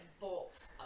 bolts